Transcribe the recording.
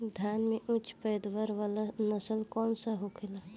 धान में उच्च पैदावार वाला नस्ल कौन सा होखेला?